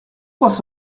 pensez